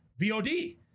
VOD